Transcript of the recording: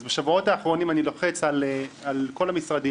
אז בשבועות האחרונים אני לוחץ על כל המשרדים,